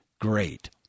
great